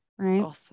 Right